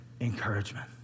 encouragement